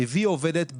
הביא עובדת בהיריון,